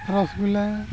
ᱨᱚᱥᱜᱩᱞᱞᱟᱹ